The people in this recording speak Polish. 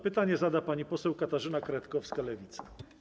Pytanie zada pani poseł Katarzyna Kretkowska, Lewica.